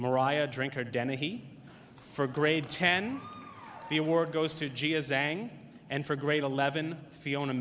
mariah drinker dennehy for grade ten the award goes to and for grade eleven fiona